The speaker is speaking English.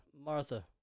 Martha